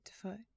foot